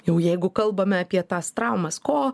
jau jeigu kalbame apie tas traumas ko